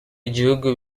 igihugu